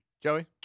Joey